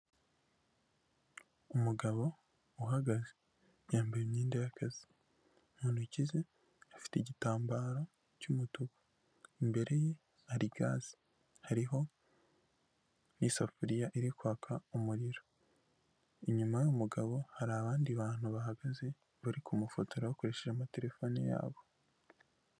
Umugabo uhagaze yambaye imyenda y'akazi mu ntoki ze afite igitambaro cy'umutuku, imbere ye hari gaze hariho n'isafuriya iri kwaka umuriro, inyuma y'umugabo hari abandi bantu bahagaze bari kumufotora bakoresheje amatelefone yabo.